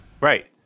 Right